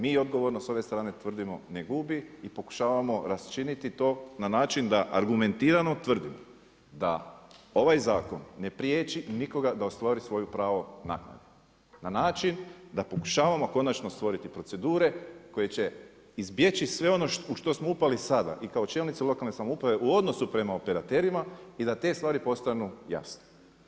Mi odgovorno s ove strane tvrdimo ne gubi i pokušavamo raščiniti to na način da argumentirano tvrdimo da ovaj zakon ne priječi nikoga da ostvari svoje pravo naknade na način da pokušavamo konačno stvoriti procedure koje će izbjeći sve ono u što smo upali sada i kao čelnici lokalne samouprave u odnosu prema operaterima i da te stvari postanu jasne.